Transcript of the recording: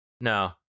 no